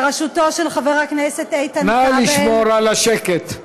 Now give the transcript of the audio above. בראשותו של חבר הכנסת איתן כבל, נא לשמור על השקט.